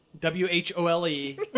W-H-O-L-E